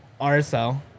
RSL